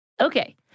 Okay